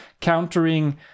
countering